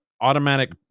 automatic